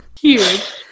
Huge